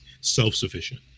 self-sufficient